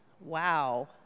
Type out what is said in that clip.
Wow